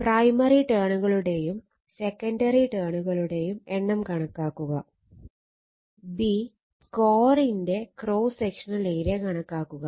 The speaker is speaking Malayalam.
പ്രൈമറി ടേണുകളുടെയും സെക്കണ്ടറി ടേണുകളുടെയും എണ്ണം കണക്കാക്കുക കോറിന്റെ ക്രോസ് സെക്ഷണൽ ഏരിയ കണക്കാക്കുക